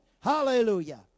Hallelujah